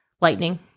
lightning